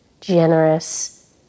generous